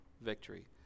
victory